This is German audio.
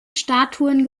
statuen